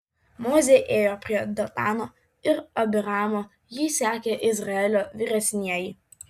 mozė ėjo prie datano ir abiramo jį sekė izraelio vyresnieji